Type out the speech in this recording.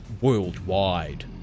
worldwide